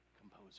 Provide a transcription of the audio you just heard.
composer